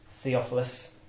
Theophilus